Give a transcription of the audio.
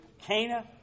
Cana